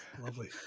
Lovely